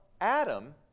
Adam